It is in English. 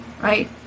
right